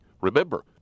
Remember